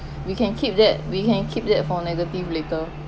we can keep that we can keep that for negative later